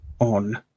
on